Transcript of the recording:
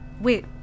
Wait